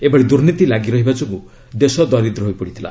ଏଭଳି ଦୁର୍ନୀତି ଲାଗି ରହିବା ଯୋଗୁଁ ଦେଶ ଦରିଦ୍ର ହୋଇପଡ଼ିଥିଲା